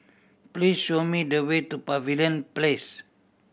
please show me the way to Pavilion Place